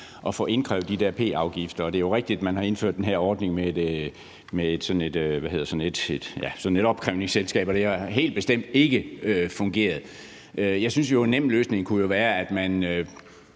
at få indkrævet de der p-afgifter, og det er jo rigtigt, at man har indført den her ordning med et opkrævningsselskab, og det har helt bestemt ikke fungeret. Jeg synes jo, at en nem løsning kunne det være, at man